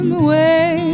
away